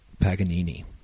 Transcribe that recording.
Paganini